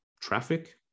traffic